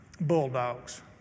bulldogs